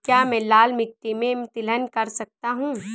क्या मैं लाल मिट्टी में तिलहन कर सकता हूँ?